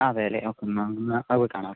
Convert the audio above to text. അതെ അല്ലെ ഓ എന്നാൽ എന്നാൽ അതുപോയി കാണാം നമുക്ക്